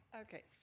Okay